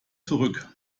zurück